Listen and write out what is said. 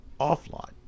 offline